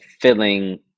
filling